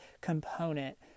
component